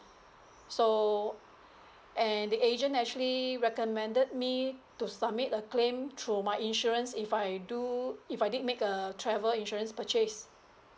so and the agent actually recommended me to submit a claim through my insurance if I do if I did make a travel insurance purchase